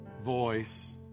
voice